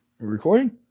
Recording